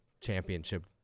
championship